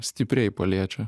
stipriai paliečia